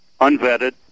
unvetted